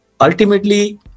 ultimately